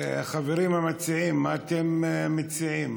החברים המציעים, מה אתם מציעים?